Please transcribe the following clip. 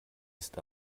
ist